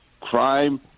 crime